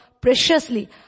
preciously